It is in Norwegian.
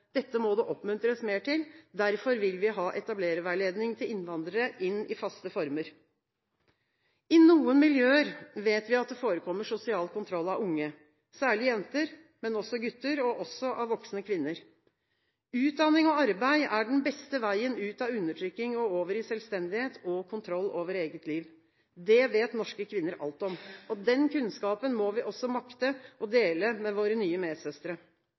Dette må det oppmuntres mer til. Derfor vil vi ha etablererveiledning til innvandrere inn i faste former. I noen miljøer vet vi at det forekommer sosial kontroll av unge, særlig jenter, men også gutter, og også av voksne kvinner. Utdanning og arbeid er den beste veien ut av undertrykking og over i selvstendighet og kontroll over eget liv. Det vet norske kvinner alt om. Den kunnskapen må vi også makte å dele med våre nye medsøstre.